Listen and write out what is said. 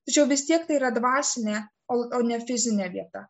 tačiau vis tiek tai yra dvasinė o o ne fizinė vieta